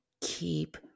keep